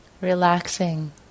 Relaxing